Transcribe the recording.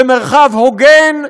במרחב הוגן,